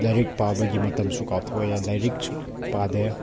ꯂꯥꯏꯔꯤꯛ ꯄꯥꯕꯒꯤ ꯃꯇꯝꯁꯨ ꯀꯥꯎꯊꯣꯛꯑꯦ ꯂꯥꯏꯔꯤꯛꯁꯨ ꯄꯥꯗꯦ